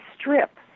strip